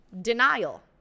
denial